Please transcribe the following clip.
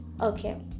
okay